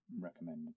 recommend